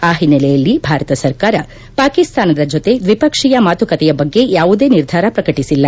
ಆ ಹಿನ್ನೆಲೆಯಲ್ಲಿ ಭಾರತ ಸರ್ಕಾರ ಪಾಕಿಸ್ತಾನದ ಜೊತೆ ದ್ವಿಪಕ್ಷೀಯ ಮಾತುಕತೆಯ ಬಗ್ಗೆ ಯಾವುದೇ ನಿರ್ಧಾರ ಪ್ರಕಟಿಸಿಲ್ಲ